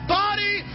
body